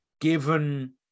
given